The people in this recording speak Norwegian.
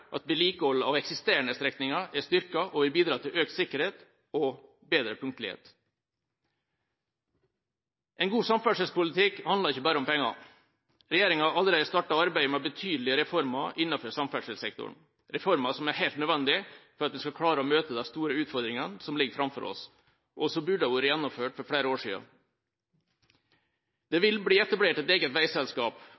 at vedlikehold av eksisterende strekninger er styrket, og det vil bidra til økt sikkerhet og bedre punktlighet. En god samferdselspolitikk handler ikke bare om penger. Regjeringa har allerede startet arbeidet med betydelige reformer innenfor samferdselssektoren – reformer som er helt nødvendige for at vi skal klare å møte de store utfordringene som ligger framfor oss, og som burde ha vært gjennomført for flere år siden. Det